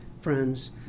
friends